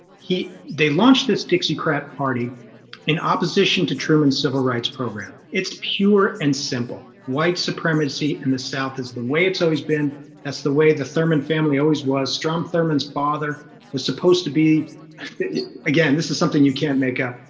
he they launched this dixiecrat party in opposition to truman's civil rights program it's pure and simple white supremacy in the south is the way it's always been that's the way the thurman family always was strom. thurman's father was supposed to be again, this is something you can't make up.